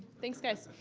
thanks guys.